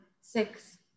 six